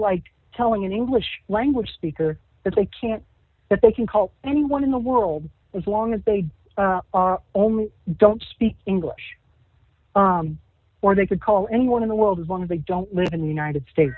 like telling an english language speaker that they can't they can call anyone in the world as long as they only don't speak english or they could call anyone in the world as long as they don't live in the united states